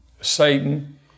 Satan